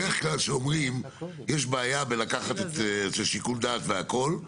בדרך כלל כשאומרים: יש בעיה בלקחת את שיקול הדעת והכול,